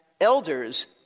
elders